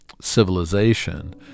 civilization